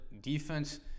defense